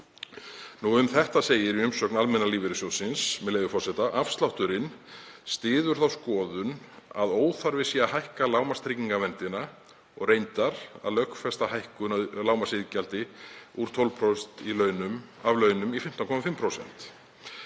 er. Um þetta segir í umsögn Almenna lífeyrissjóðsins, með leyfi forseta: „,,Afslátturinn“ styður þá skoðun að óþarfi sé að hækka lágmarkstryggingaverndina og reyndar að lögfesta hækkun á lágmarksiðgjaldi úr 12% af launum í 15,5%.“